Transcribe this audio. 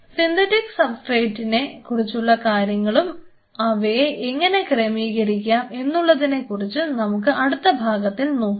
synthetic സബ്സ്ട്രേറ്റിനെ കുറിച്ചുള്ള കാര്യങ്ങളും അവയെ എങ്ങനെ ക്രമീകരിക്കാം എന്നുള്ളതിനെ കുറിച്ചും നമുക്ക് അടുത്ത ഭാഗത്തിൽ നോക്കാം